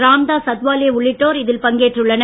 ராம்தாஸ் அத்வாலே உள்ளிட்டோர் இதில் பங்கேற்றுள்ளனர்